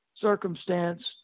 circumstance